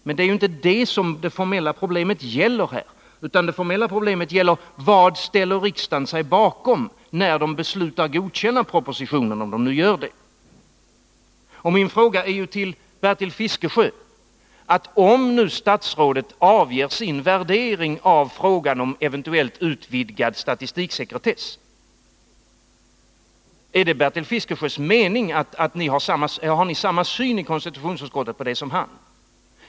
Men det är inte detta som det formella problemet gäller här, utan det är: Vad ställer riksdagen sig bakom, när den beslutar godkänna propositionen, om riksdagen nu gör det? Min fråga till Bertil Fiskesjö är ju: Om nu statsrådet avger sin värdering av frågan om eventuellt utvidgad statistiksekretess, har ni i konstitutionsutskottet samma syn på detta som han?